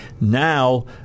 Now